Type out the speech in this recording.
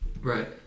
right